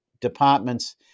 departments